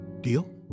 Deal